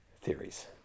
theories